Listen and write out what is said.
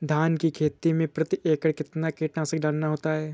धान की खेती में प्रति एकड़ कितना कीटनाशक डालना होता है?